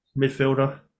midfielder